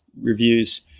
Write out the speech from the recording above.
reviews